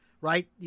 right